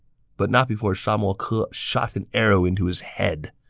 but not before sha moke shot an arrow into his head.